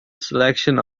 selection